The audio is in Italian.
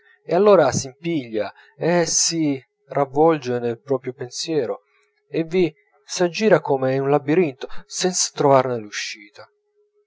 e allora s'impiglia e si ravvolge nel proprio pensiero e vi s'aggira come in un labirinto senza trovarne l'uscita